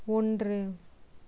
ஒன்று